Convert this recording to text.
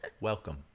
welcome